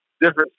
different